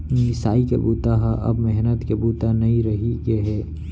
मिसाई के बूता ह अब मेहनत के बूता नइ रहि गे हे